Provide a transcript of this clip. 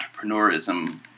entrepreneurism